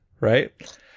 right